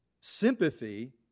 sympathy